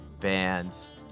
bands